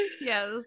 yes